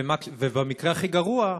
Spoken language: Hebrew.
ובמקרה הכי גרוע,